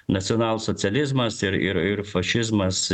nacionalsocializmas ir ir fašizmas